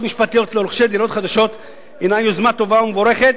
משפטיות לרוכשי דירות חדשות היא יוזמה טובה ומבורכת.